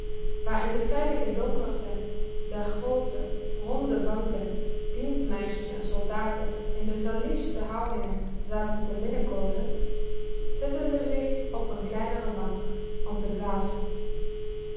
in de veilige donkerte der groote ronde banken dienstmeisjes en soldaten in de verliefdste houdingen zaten te minnekoozen zette ze zich op n kleinere bank om te b